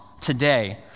today